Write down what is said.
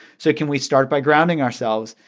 so can we start by grounding ourselves,